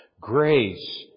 Grace